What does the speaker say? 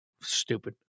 stupid